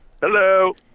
Hello